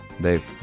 Dave